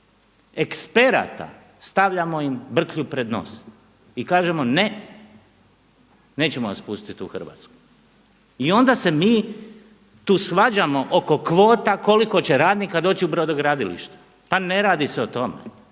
eksperata stavljamo im brklju pred nos i kažemo ne nećemo vas pustiti u Hrvatsku. I onda se mi tu svađamo oko kvota koliko će radnika doći u brodogradilišta. Pa ne radi se o tome.